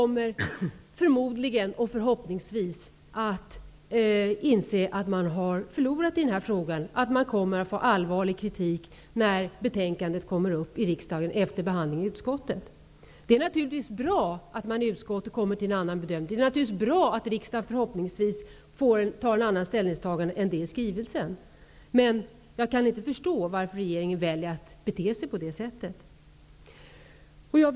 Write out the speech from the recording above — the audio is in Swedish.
Men regeringen kommer förmodligen att inse att man har förlorat i den här frågan, och förhoppningsvis kommer regeringen att få allvarlig kritik när betänkandet efter utskottsbehandlingen debatteras i kammaren. Det är naturligtvis bra att man i utskottet kommer till en annan bedömning. Det är naturligtvis bra att riksdagens ställningstagande förhoppningsvis är annorlunda än det som framgår av skrivelsen. Men jag kan inte förstå att regeringen väljer att bete sig på det här sättet.